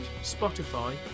Spotify